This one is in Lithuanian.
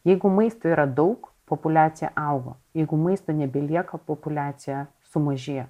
jeigu maisto yra daug populiacija augo jeigu maisto nebelieka populiacija sumažėjo